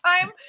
time